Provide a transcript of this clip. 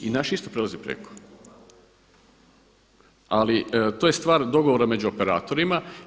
I naš isto prelazi preko, ali to je stvar dogovora među operatorima.